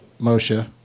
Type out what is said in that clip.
moshe